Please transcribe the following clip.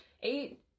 Eight